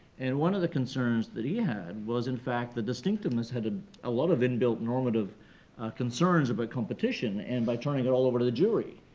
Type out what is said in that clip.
and one of the concerns that he had was, in fact, the distinctiveness had a lot of in-built normative concerns about competition, and by turning it all over to the jury,